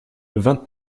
vingt